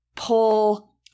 pull